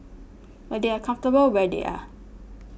but they are comfortable where they are